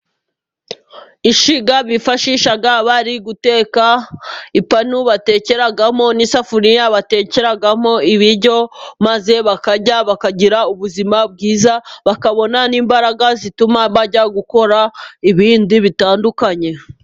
Ishyiga bifashisha bari guteka, ipanu batekeramo n'isafuriya batekeramo ibiryo maze bakarya bakagira ubuzima bwiza, bakabona n'imbaraga zituma bajya gukora ibindi bitandukanye.